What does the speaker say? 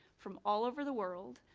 from all over the world,